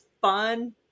fun